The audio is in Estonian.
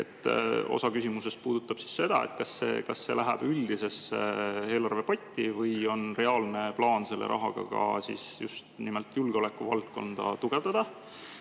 Osa küsimusest puudutab seda, kas [raha müügist] läheb üldisesse eelarvepotti või on reaalne plaan selle rahaga just nimelt julgeolekuvaldkonda tugevdada.